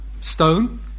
stone